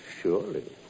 Surely